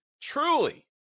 truly